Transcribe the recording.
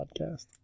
podcast